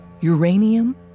uranium